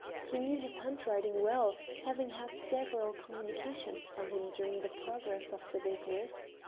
he knew his handwriting well, having had several communications from him during the progress of the business.